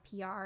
PR